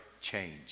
change